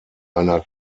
einer